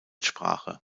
sprache